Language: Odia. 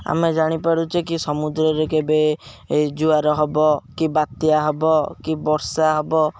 ଆମେ ଜାଣିପାରୁଛେ କି ସମୁଦ୍ରରେ କେବେ ଜୁଆର ହବ କି ବାତ୍ୟା ହବ କି ବର୍ଷା ହବ